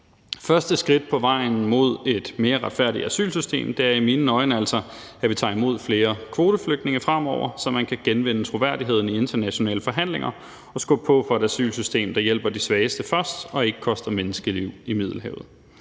Første skridt på vejen mod et mere retfærdigt asylsystem er i mine øjne altså, at vi tager imod flere kvoteflygtninge fremover, så man kan genvinde troværdigheden i internationale forhandlinger og skubbe på for et asylsystem, der hjælper de svageste først og ikke koster menneskeliv i Middelhavet.